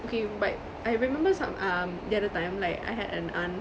okay but I remember some um the other time like I had an aunt